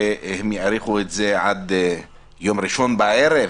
שהם יאריכו את זה עד יום ראשון בערב,